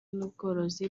n’ubworozi